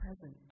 present